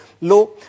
low